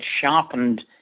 sharpened